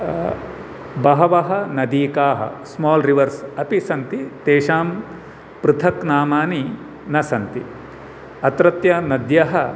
बहवः नदीकाः small rivers अपि सन्ति तेषां पृथक् नामानि न सन्ति अत्रत्य नद्यः